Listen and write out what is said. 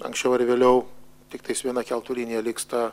anksčiau ar vėliau tiktais viena keltų linija liks ta